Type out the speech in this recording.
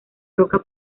roca